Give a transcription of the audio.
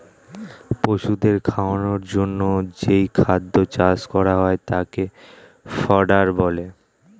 পশুদের খাওয়ানোর জন্যে যেই খাদ্য চাষ করা হয় তাকে ফডার বলে